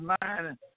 mind